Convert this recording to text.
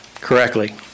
correctly